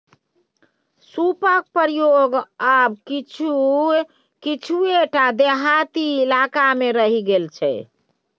सूपक प्रयोग आब किछुए टा देहाती इलाकामे रहि गेल छै